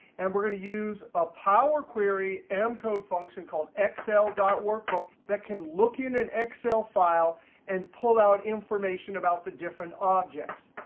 and we're going to use a power query m code function called excel workbook that can look in an excel file and pull out information about the different objects.